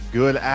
good